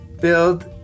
build